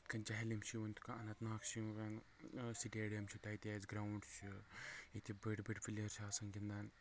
یِتھۍ کٔنۍ جہلم چھُ یِوان یِتھۍ کٔنۍ اننت ناگ چھُ یِوان سٹیڈیم چھُ تَتہِ اسہِ گراؤنٛڈ چھُ ییٚتہِ بٔڑ بٔڑ پٕلیر چھِ آسان گنٛدان